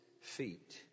feet